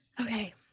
okay